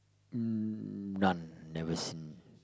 um none never seen